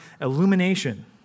illumination